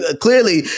clearly